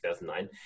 2009